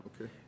okay